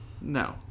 No